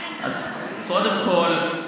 קודם כול,